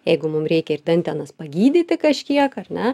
jeigu mum reikia ir dantenas pagydyti kažkiek ar ne